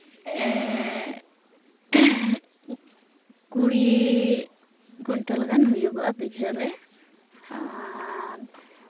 ᱠᱩᱲᱤ ᱠᱩᱭᱤᱱᱴᱟᱞ ᱜᱟᱱ ᱦᱩᱭᱩᱜᱚᱜᱼᱟ ᱵᱤᱜᱷᱟᱹᱨᱮ ᱟᱨ